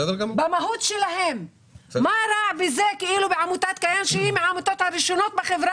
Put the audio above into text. מה רע בעמותת "כייאן" שהיא מהראשונות בחברה